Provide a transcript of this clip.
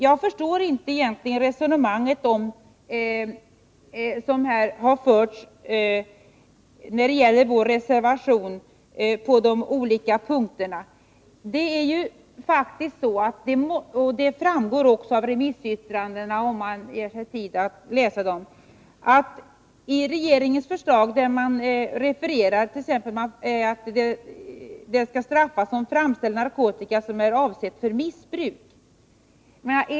Jag förstår egentligen inte det resonemang som här har förts när det gäller vår reservation till de olika punkterna. I regeringens förslag står, och det framgår även av remissyttrandena — om man ger sig tid att läsa dem — att den skall straffas som framställer narkotika som är avsedd för missbruk.